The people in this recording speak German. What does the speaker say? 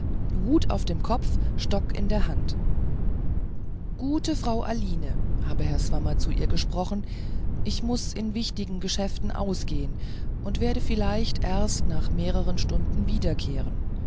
hut auf dem kopfe stock in der hand gute frau aline habe herr swammer zu ihr gesprochen ich muß in wichtigen geschäften ausgehen und werde vielleicht erst nach mehreren stunden wiederkehren